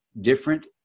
different